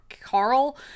Carl